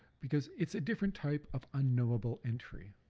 because it's a different type of unknowable entry.